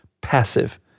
passive